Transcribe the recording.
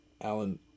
Alan